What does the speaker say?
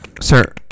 Sir